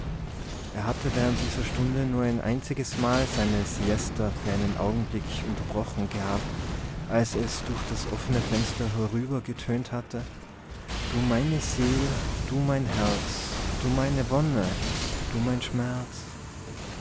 er hatte während dieser stunde nur ein einziges mal seine siesta für einen augenblick unterbrochen gehabt als es durch das offene fenster herübergetönt hatte du meine seele du mein herz du meine wonne du mein schmerz